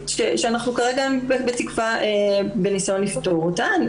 שאנחנו כרגע בתקווה בניסיון לפתור אותה.